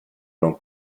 non